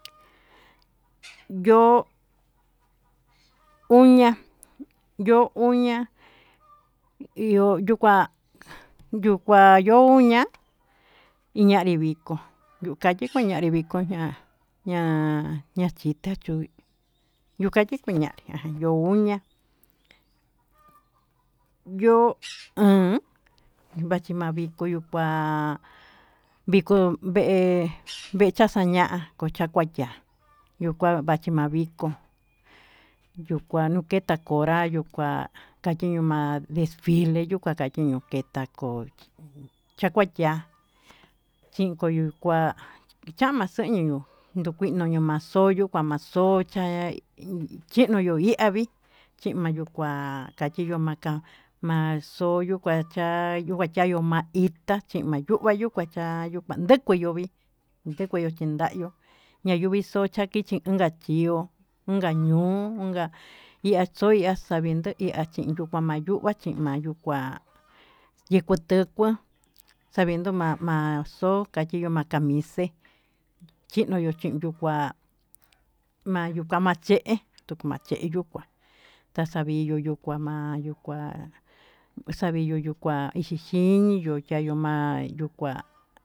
Yo'ó uña'a yo'ó uña'a iho yuu kua yo'ó kuá yo'ó ña'a, iañanri vikó yuu kanchinro yaki yukuu ña'a, ña'a ña'a chita chuu yukachi kuña'a ha yo'o uña'a yo'ó an machiya viko yuu kuá, ha viko vee vexacha ña'a chakuachiá yuu kua machiva viko'ó, yuu kua naketa konra yuu kuá kachiño ma'a defile yuka chiño'o keta'a ko'o chakua chiá chiko yuu kuá chama'a xeñuu, ndukuinu nama'a xoyó kua'a maxochá ha hino'o ñoo hi avii chimayu kua kano'o machá maxoyu kuá chayuu kuachayó ma'a itá chín, mayuu mayuu kua chiayu kuande ke'e yo'ó vii kuandeku yo'o chindayu ñayivii xochá xainka chín yo'o onka ño'o onka iha xoyá xandukia xa'a inya'a mayuya chin mayuka'á, yiko tuu kia xayindo ma'a xoka makiyu maxamixe chindo yo'o chindo kuá mayu kama ché, macheyu kua tachaviño kuyuma'a yuu kua xaviyo yuu kuá ichi xhiñii nachiyo yo'o ma'a mayukua.